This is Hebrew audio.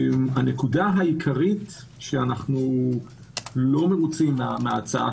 הנקודה העיקרית שאנו לא מרוצים מהתיקון